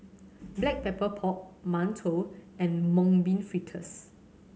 Black Pepper Pork mantou and Mung Bean Fritters